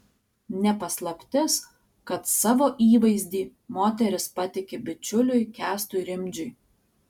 ne paslaptis kad savo įvaizdį moteris patiki bičiuliui kęstui rimdžiui